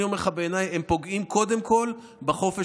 אני אומר לך שבעיניי הם פוגעים קודם כול בחופש